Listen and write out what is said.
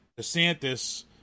DeSantis